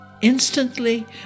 Instantly